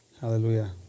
Hallelujah